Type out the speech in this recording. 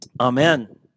Amen